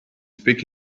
speak